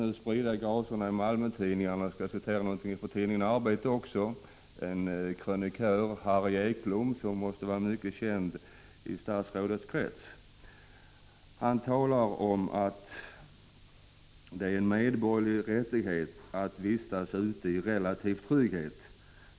För att sprida gracerna till de olika Malmötidningarna skall jag citera också ur tidningen Arbetet, där en krönikör, Harry Ekblom, som måste vara mycket känd i statsrådets krets, skriver bl.a. följande: ”Men det är en medborgerlig rättighet att kunna vistas ute i relativ trygghet.